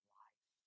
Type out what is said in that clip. life